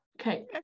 Okay